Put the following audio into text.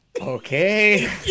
Okay